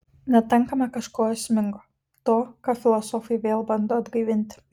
netenkame kažko esmingo to ką filosofai vėl bando atgaivinti